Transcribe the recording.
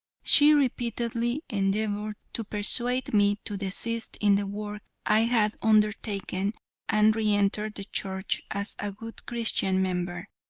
she repeatedly endeavored to persuade me to desist in the work i had undertaken and re-enter the church as a good christian member.